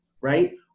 right